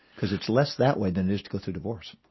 because it's less that way than it is to go through divorce.